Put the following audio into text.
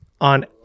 on